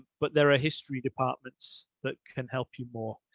but there are history departments that can help you more.